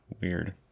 weird